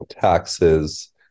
taxes